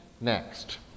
Next